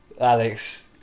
Alex